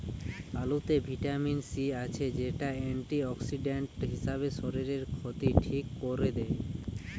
আলুতে vitamin C আছে, যেটা অ্যান্টিঅক্সিডেন্ট হিসাবে শরীরের ক্ষতি ঠিক কোরে দেয়